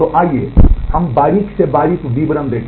तो आइए हम बारीक से बारीक विवरण देखें